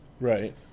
Right